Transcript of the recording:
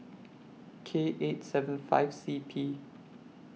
K eight seven five C P